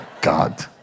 God